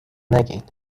نگین